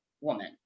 woman